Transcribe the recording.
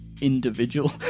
individual